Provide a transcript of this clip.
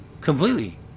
Completely